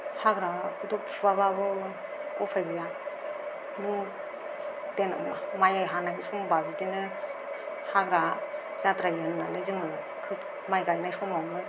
हाग्राखौथ' फुआब्लाबो उफाय गैया नों देनां माइ हानाय समब्ला बिदिनो हाग्रा जाद्रायगोन नालाय जोङो माइ गायनाय समावनो